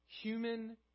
Human